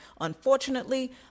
unfortunately